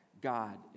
God